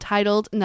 titled